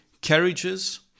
Carriages